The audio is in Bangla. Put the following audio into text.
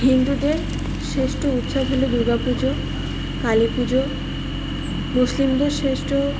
হিন্দুদের শ্রেষ্ঠ উৎসব হলো দুর্গা পুজো কালী পুজো মুসলিমদের শ্রেষ্ঠ